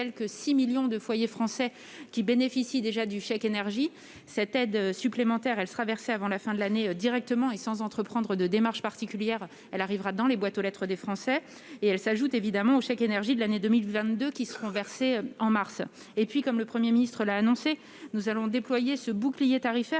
nous allons déployer ce bouclier tarifaire